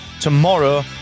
tomorrow